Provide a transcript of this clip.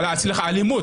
סליחה, האלימות.